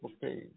page